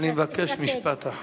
אני מבקש משפט אחרון.